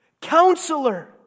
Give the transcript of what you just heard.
Counselor